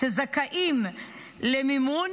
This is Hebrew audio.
שזכאים למימון